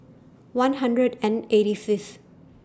one hundred and eighty Fifth